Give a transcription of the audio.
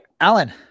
Alan